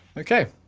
okay,